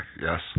Yes